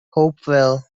hopewell